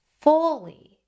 fully